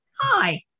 Hi